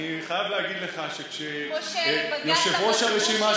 אני חייב להגיד לך שכשיושב-ראש הרשימה,